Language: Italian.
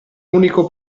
unico